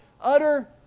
utter